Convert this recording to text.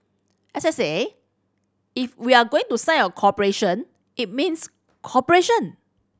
as I said if we are going to sign a cooperation it means cooperation